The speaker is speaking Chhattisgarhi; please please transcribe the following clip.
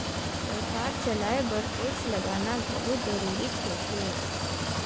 सरकार चलाए बर टेक्स लगाना घलो जरूरीच होथे